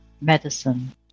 medicine